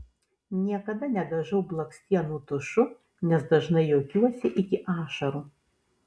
niekada nedažau blakstienų tušu nes dažnai juokiuosi iki ašarų